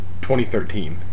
2013